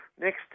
Next